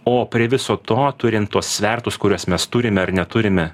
o prie viso to turint tuos svertus kuriuos mes turime ar neturime